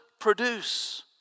produce